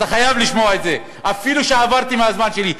אתה חייב לשמוע את זה אפילו שעברתי את הזמן שלי,